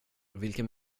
vilken